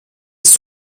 ist